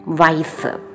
wiser